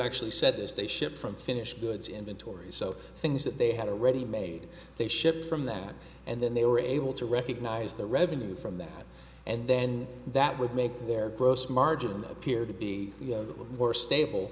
actually said as they ship from finished goods inventory so things that they had a ready made they shipped from them and then they were able to recognize the revenue from that and then that would make their gross margin appear to be more stable